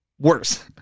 worse